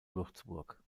würzburg